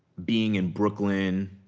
being in brooklyn,